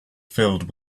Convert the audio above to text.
filled